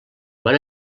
van